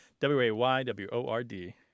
W-A-Y-W-O-R-D